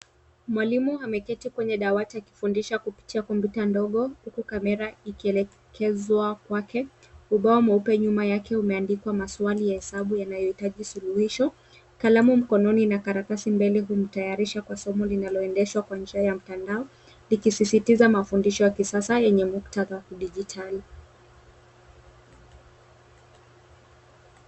Mwalimu ameketi kwenye dawati akifundisha kupitia kompyuta ndogo huku kamera ikielekezwa kwake. Ubao mweupe nyuma yake umeandikwa maswali ya hesabu yanayohitaji suluhisho. Kalamu mkononi na karatasi mbele humtayarisha kwa somo linaloendeshwa kwa njia ya mtandao, likisisitiza mafundisho ya kisasa yenye muktadha wa kidijitali.